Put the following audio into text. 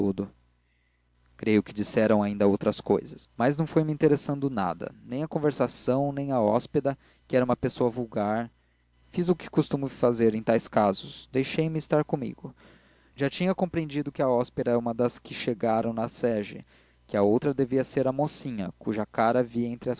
todo creio que disseram ainda outras cousas mas não me interessando nada nem a conversação nem a hóspeda que era uma pessoa vulgar fiz o que costumo fazer em tais casos deixei-me estar comigo já tinha compreendido que a hóspeda era uma das que chegaram na sege que a outra devia ser a mocinha cuja cara vi entre